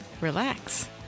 Relax